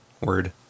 word